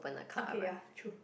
okay ya true